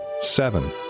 Seven